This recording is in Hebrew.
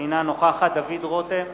אינה נוכחת דוד רותם,